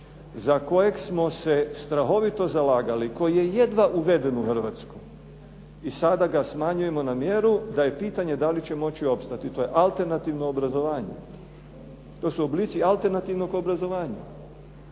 za kojeg smo se strahovito zalagali, koji je jedva uveden u Hrvatsku i sada ga smanjujemo na mjeru da je pitanje da li će moći opstati. To je alternativno obrazovanje, to su oblici alternativnog obrazovanja.